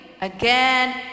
again